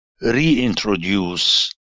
reintroduce